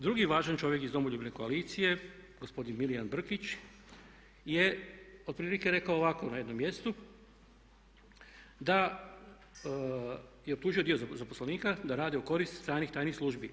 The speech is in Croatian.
Drugi važan čovjek iz Domoljubne koalicije gospodin Milijan Brkić je otprilike rekao ovako na jednom mjestu, da je optužio dio zaposlenika da rade u korist stranih tajnih službi.